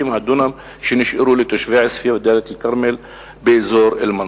הדונם שנשארו לתושבי עוספיא ודאלית אל-כרמל באזור אל-מנסורה.